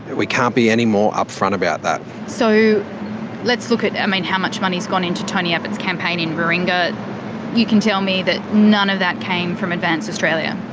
we can't be any more upfront about that. so let's look at and how much money has gone into tony abbott's campaign in warringah. you can tell me that none of that came from advance australia?